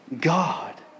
God